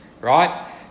right